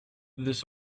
this